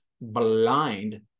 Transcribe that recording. Blind